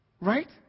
Right